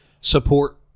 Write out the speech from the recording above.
support